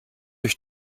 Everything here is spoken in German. euch